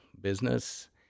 business